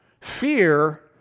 Fear